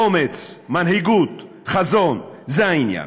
אומץ, מנהיגות, חזון, זה העניין.